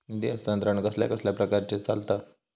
निधी हस्तांतरण कसल्या कसल्या प्रकारे चलता?